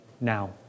now